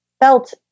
felt